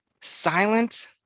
silent